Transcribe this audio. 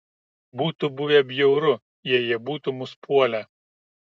būtų buvę bjauru jei jie būtų mus puolę